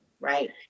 right